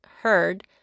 heard